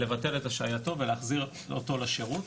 לוותר את השעייתו ולהחזיר אותו לשירות,